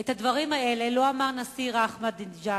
את הדברים האלה לא אמר נשיא אירן אחמדינג'אד,